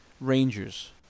Rangers